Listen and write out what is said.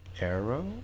Arrow